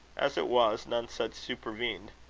as it was, none such supervened.